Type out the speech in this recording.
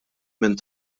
minn